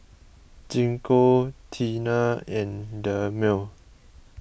Gingko Tena and Dermale